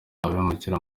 abimukira